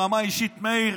ברמה האישית, מאיר,